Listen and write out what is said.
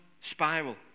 spiral